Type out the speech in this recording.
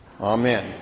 Amen